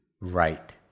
right